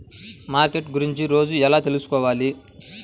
Market గురించి రోజు ఎలా తెలుసుకోవాలి?